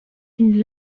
une